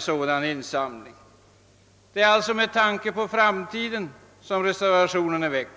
sådana insamlingar. Det är alltså med tanke på framtiden som reservationen skrivits.